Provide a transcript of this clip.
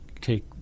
take